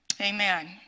Amen